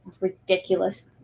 ridiculous